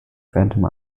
phantom